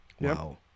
Wow